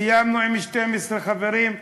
וסיימנו עם 12 חברים,